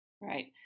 Right